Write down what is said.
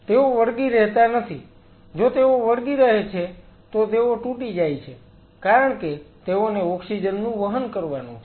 તેઓ વળગી રહેતા નથી જો તેઓ વળગી રહે છે તો તેઓ તૂટી જાય છે કારણ કે તેઓને ઓક્સિજન નું વહન કરવાનું છે